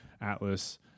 atlas